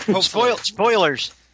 Spoilers